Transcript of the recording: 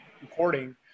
recording